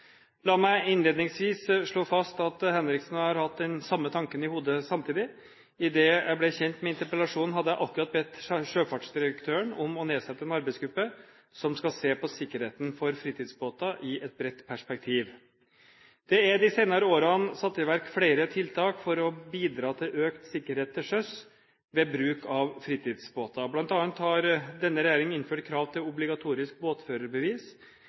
La meg innledningsvis slå fast at Henriksen og jeg har hatt den samme tanken i hodet samtidig. Idet jeg ble kjent med interpellasjonen, hadde jeg akkurat bedt sjøfartsdirektøren om å nedsette en arbeidsgruppe som skal se på sikkerheten for fritidsbåter i et bredt perspektiv. Det er i de senere årene satt i verk flere tiltak for å bidra til økt sikkerhet til sjøs ved bruk av fritidsbåter. Blant annet har denne regjeringen innført krav til obligatorisk båtførerbevis,